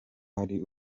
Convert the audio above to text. hari